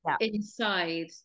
inside